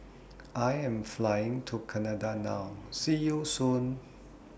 I Am Flying to Canada now See YOU Soon